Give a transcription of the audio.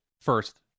first